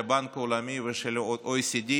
של הבנק העולמי ושל ה-OECD,